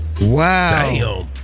Wow